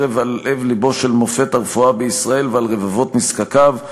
חרב על לב-לבו של מופת הרפואה בישראל ועל רבבות נזקקיו,